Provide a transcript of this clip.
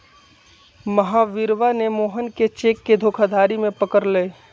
महावीरवा ने मोहन के चेक के धोखाधड़ी में पकड़ लय